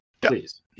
please